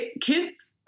kids